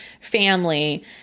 family